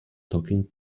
talking